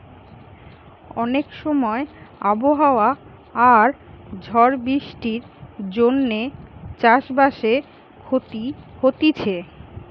অনেক সময় আবহাওয়া আর ঝড় বৃষ্টির জন্যে চাষ বাসে ক্ষতি হতিছে